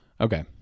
Okay